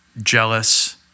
jealous